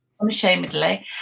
unashamedly